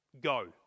Go